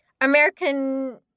American